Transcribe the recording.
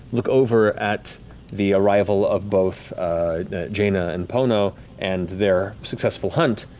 look over at the arrival of both jaina and pono and their successful hunt,